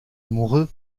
amoureux